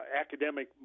academic